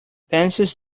pencils